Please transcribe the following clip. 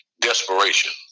desperation